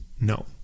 No